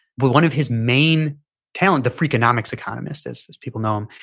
one of his main talents, the freakonomics economist as people know him.